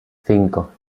cinco